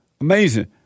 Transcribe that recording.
Amazing